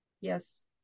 Yes